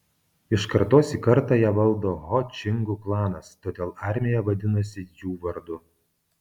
iš kartos į kartą ją valdo ho čingų klanas todėl armija vadinasi jų vardu